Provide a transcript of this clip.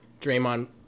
Draymond